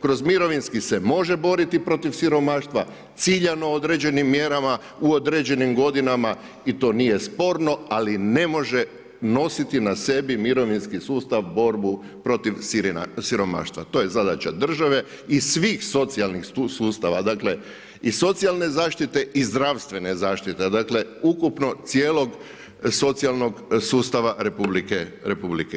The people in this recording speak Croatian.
Kroz mirovinski se može boriti protiv siromaštva ciljano određenim mjerama u određenim godinama i to nije sporno, ali ne može nositi na sebi mirovinski sustav borbu protiv siromaštva to je zadaća države i svih socijalnih sustava i socijalne zaštite i zdravstvene zaštite, dakle ukupnog cijelog sustava RH.